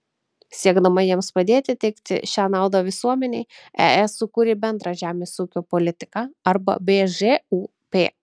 siekdama jiems padėti teikti šią naudą visuomenei es sukūrė bendrą žemės ūkio politiką arba bžūp